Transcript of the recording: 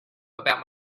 about